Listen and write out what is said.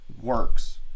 works